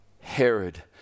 Herod